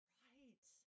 right